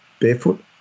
Barefoot